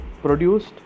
produced